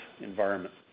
environment